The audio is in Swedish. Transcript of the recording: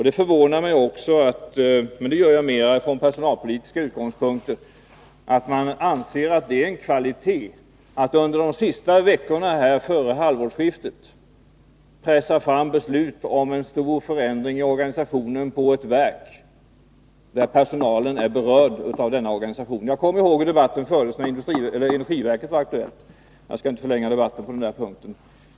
Det förvånar mig också — men mer från personalpolitisk utgångspunkt — att man anser att det är en kvalitet att under de sista veckorna före halvårsskiftet pressa fram beslut om en stor förändring i organisationen av ett verk där personalen är berörd av denna organisation. Jag kommer ihåg hur debatten fördes när energiverket var aktuellt, men jag skall inte förlänga debatten på den här punkten.